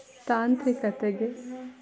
ತಾಂತ್ರಿಕತೆಗೆ